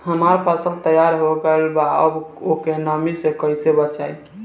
हमार फसल तैयार हो गएल बा अब ओके नमी से कइसे बचाई?